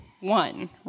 one